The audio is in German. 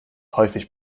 häufig